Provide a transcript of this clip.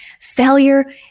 Failure